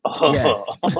Yes